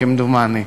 כמדומני.